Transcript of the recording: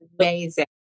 amazing